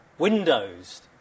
Windows